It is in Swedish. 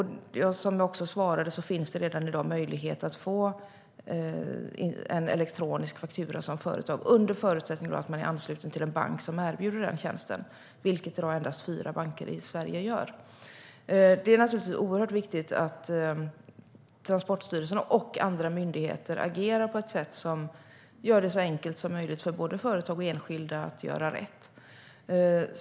Som jag också svarade finns det redan i dag möjlighet att som företag få en elektronisk faktura, under förutsättning att man är ansluten till en bank som erbjuder den tjänsten. I dag är det endast fyra banker i Sverige som gör det. Det är naturligtvis oerhört viktigt att Transportstyrelsen och andra myndigheter agerar på ett sätt som gör det så enkelt som möjligt för både företag och enskilda att göra rätt.